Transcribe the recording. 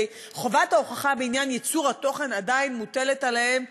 חובת ההוכחה בעניין ייצור התוכן עדיין מוטלת עליהם,